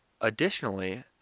Additionally